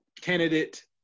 candidate